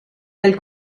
del